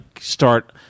start